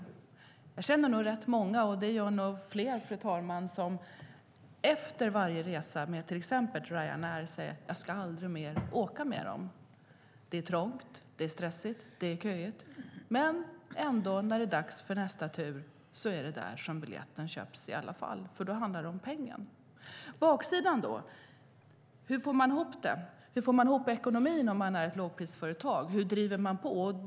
Jag och andra känner nog rätt många, fru talman, som efter varje resa med till exempel Ryanair säger att de aldrig mer ska åka med dem. Det är trångt, stressigt och köigt. Men när det är dags för nästa tur är det där biljetten köps i alla fall, för då handlar det om pengar. Hur är det då med baksidan? Hur får man ihop det? Hur får man ihop ekonomin som lågprisföretag? Hur driver man på?